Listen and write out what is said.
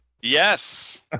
Yes